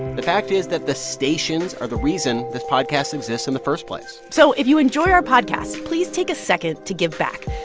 the fact is that the stations are the reason this podcast exists in the first place so if you enjoy our podcasts, please take a second to give back.